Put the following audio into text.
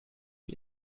wie